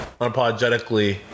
unapologetically—